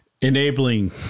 enabling